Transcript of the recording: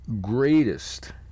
greatest